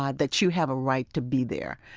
ah that you have a right to be there.